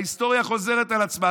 ההיסטוריה חוזרת על עצמה.